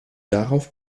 darauf